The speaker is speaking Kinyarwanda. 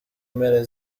mpera